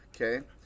okay